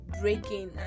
breaking